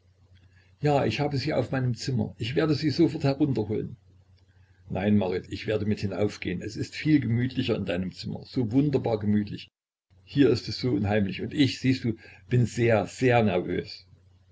ja ich habe sie auf meinem zimmer ich werde sie sofort herunterholen nein marit ich werde mit hinaufgehen es ist viel gemütlicher in deinem zimmer so wunderbar gemütlich hier ist es so unheimlich und ich siehst du bin sehr sehr nervös